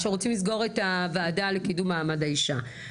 שרוצים לסגור את הוועדה לקידום מעמד האישה.